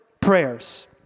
prayers